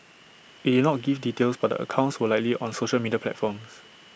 IT did not give details but the accounts were likely on social media platforms